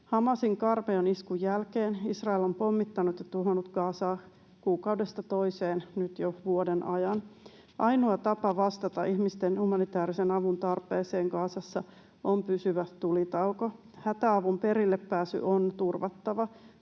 Hamasin karmean iskun jälkeen Israel on pommittanut ja tuhonnut Gazaa kuukaudesta toiseen nyt jo vuoden ajan. Ainoa tapa vastata ihmisten humanitaarisen avun tarpeeseen Gazassa on pysyvä tulitauko. Hätäavun perillepääsy on turvattava.